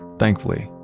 thankfully,